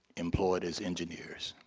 employed as engineers.